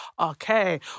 okay